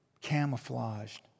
camouflaged